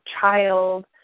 child